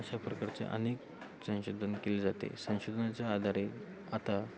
अशा प्रकारचे अनेक संशोधन केले जाते संशोधनाच्या आधारे आता